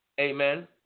Amen